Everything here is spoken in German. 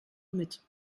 mit